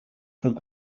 from